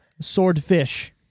Swordfish